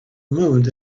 moment